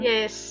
Yes